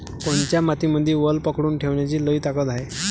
कोनत्या मातीमंदी वल पकडून ठेवण्याची लई ताकद हाये?